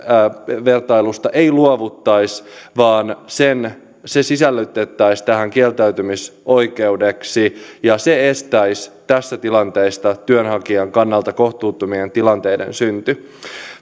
kuluvertailusta ei luovuttaisi vaan se sisällytettäisiin tähän kieltäytymisoikeudeksi ja se estäisi tässä tilanteessa työnhakijan kannalta kohtuuttomien tilanteiden synnyn